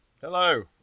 hello